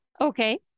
Okay